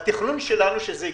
התכנון שלנו הוא שזה ייגמר.